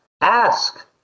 ask